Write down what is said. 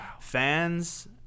Fans